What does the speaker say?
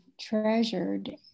treasured